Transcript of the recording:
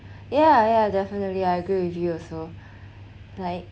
yeah yeah definitely I agree with you also like